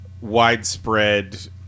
widespread